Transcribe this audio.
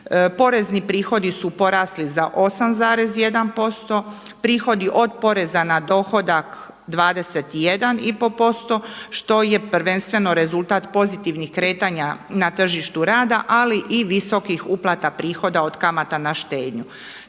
Porezni prihodi su porasli za 8,1%, prihodi od poreza na dohodak 21 i pol posto što je prvenstveno rezultat pozitivnih kretanja na tržištu rada, ali i visokih uplata prihoda od kamata na štednju.